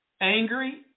angry